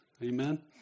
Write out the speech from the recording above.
Amen